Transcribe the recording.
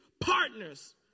partners